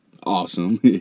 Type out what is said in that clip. Awesome